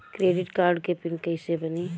Credit card के pin कैसे बनी?